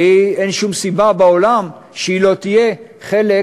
אין שום סיבה בעולם שהיא לא תהיה חלק